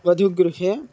वधूगृहे